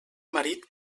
marit